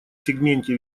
сегменте